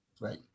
Right